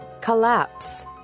Collapse